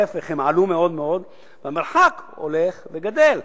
להיפך, הם עלו מאוד-מאוד, והמרחק הולך וגדל.